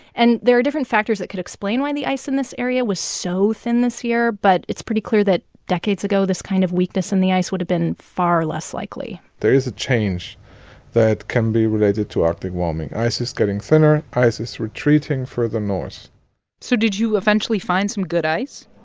and there are different factors that could explain why the ice in this area was so thin this year, but it's pretty clear that decades ago this kind of weakness in the ice would have been far less likely there is a change that can be related to arctic warming. ice is getting thinner. ice is retreating further north so did you eventually find some good ice?